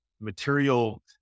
material